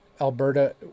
alberta